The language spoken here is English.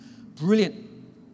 Brilliant